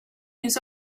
use